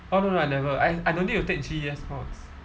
oh no no I never I I don't need to take G_E_S mods